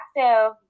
active